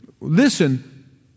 listen